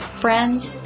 friends